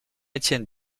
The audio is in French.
étienne